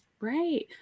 Right